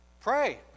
pray